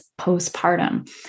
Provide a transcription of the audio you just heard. postpartum